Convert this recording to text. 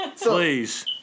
Please